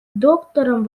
доктором